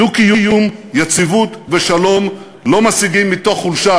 דו-קיום, יציבות ושלום לא משיגים מתוך חולשה,